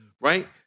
Right